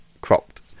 cropped